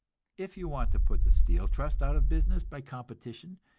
if you want to put the steel trust out of business by competition,